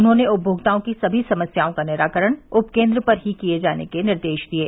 उन्होंने उपभोक्ताओं की सभी समस्याओं का निराकरण उपकेन्द्र पर ही किये जाने के निर्देश दिये